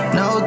no